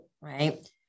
right